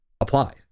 apply